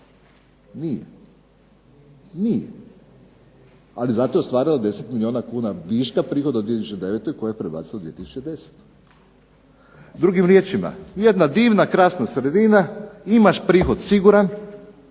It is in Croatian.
nije. Ali zato je ostvarila 10 milijuna kuna viška, prihod od 2009. koji je prebacila u 2010. Drugim riječima, jedna divna krasna sredina, imaš prihod siguran,